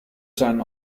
seinen